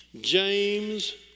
James